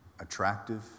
attractive